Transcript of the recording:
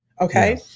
Okay